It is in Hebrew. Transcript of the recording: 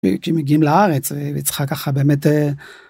כשמגיעים לארץ והיא צריכה ככה באמת.